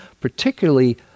Particularly